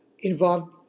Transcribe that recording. involved